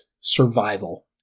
survival